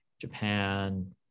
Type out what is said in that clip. Japan